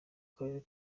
karere